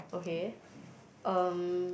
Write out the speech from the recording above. okay um